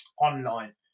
online